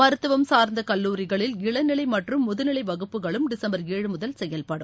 மருத்துவம் சார்ந்த கல்லூரிகளில் இளநிலை மற்றும் முதுநிலை வகுப்புகளும் டிசும்பர் ஏழு முதல் செயல்படும்